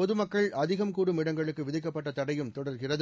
பொதுமக்கள் அதிகம் கூடும் இடங்களுக்கு விதிக்கப்பட்ட தடையும் தொடர்கிறது